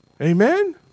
Amen